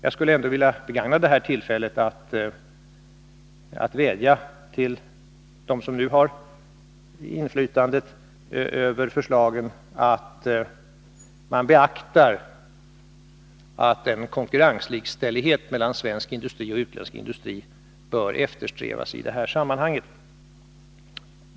Jag skulle ändå vilja begagna det här tillfället att vädja till dem som nu har inflytande över förslagen att beakta att en konkurrenslikställighet mellan svensk och utländsk energi bör eftersträvas i det här sammanhanget.